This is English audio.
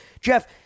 Jeff